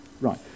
right